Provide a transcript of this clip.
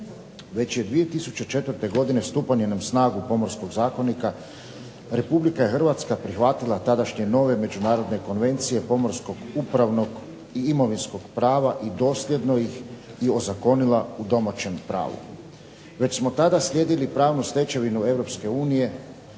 Već je 2004. godine stupanjem na snagu Pomorskog zakonika Republika Hrvatska prihvatila tadašnje nove međunarodne konvencije pomorskog, upravno i imovinskog prava i dosljedno ih i ozakonila u domaćem pravu. Već smo tada slijedili pravnu stečevinu